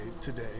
today